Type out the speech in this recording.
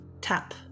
tap